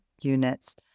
units